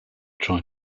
try